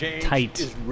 tight